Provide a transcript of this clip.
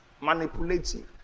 manipulative